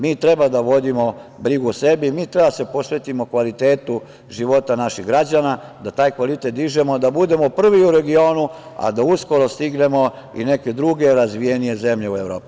Mi treba da vodimo brigu o sebi, mi treba da se posvetimo kvalitetu života naših građana, da taj kvalitet dižemo, da budemo prvi u regionu, a da uskoro stignemo i neke druge razvijenije zemlje u Evropi.